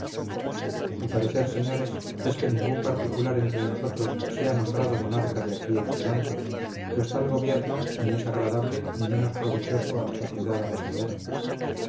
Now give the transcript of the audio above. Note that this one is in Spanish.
mi parecer señores es que ningún particular entre nosotros sea nombrado monarca de aquí en adelante pues tal gobierno ni es agradable ni menos provechoso a la sociedad avasallada